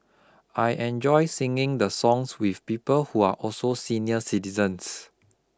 I enjoy singing the songs with people who are also senior citizens